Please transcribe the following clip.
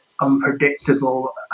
unpredictable